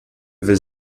will